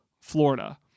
Florida